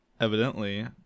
evidently